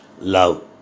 love